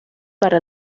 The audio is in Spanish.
para